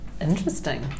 Interesting